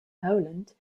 howland